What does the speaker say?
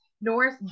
Norris